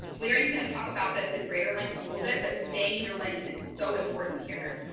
larry's going to talk about this in greater length in a little bit, but staying in your lane is so important here.